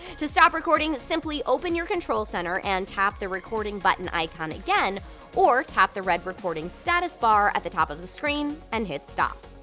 to stop recording simply open your control center and tap the recording button icon again or tap the red recording status bar at the top of the screen and hit stop.